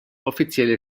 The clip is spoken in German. offizielle